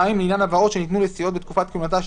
(2)לעניין הלוואות שניתנו לסיעות בתקופת כהונתה של